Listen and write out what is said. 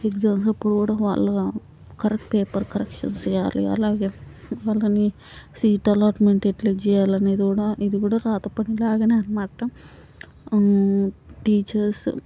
exams అప్పుడు కూడా వాళ్ళ కరక్ట్ పేపర్ కరెక్షన్స్ చేయాలి అలాగే వాళ్ళని సీట్ అలాట్మెంట్ ఎట్లా చేయాలనేది కూడా ఇది కూడా వ్రాత పని లాగానే అన్నమాట టీచర్స్